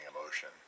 emotion